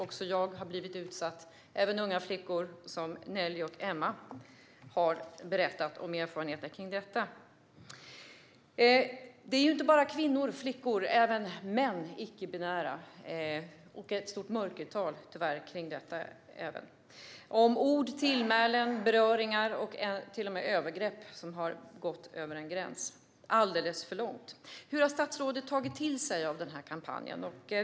Också jag har blivit utsatt, och unga flickor som Nelly och Emma har berättat om sina erfarenheter av detta. Det är inte bara kvinnor och flickor utan även icke-binära män har blivit utsatta. Mörkertalet är stort. Det handlar om ord, tillmälen, beröringar och till och med övergrepp som har gått över en gräns, alldeles för långt. Hur har statsrådet tagit till sig av den här kampanjen?